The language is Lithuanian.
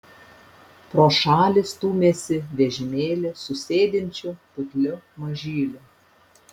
pro šalį stūmėsi vežimėlį su sėdinčiu putliu mažyliu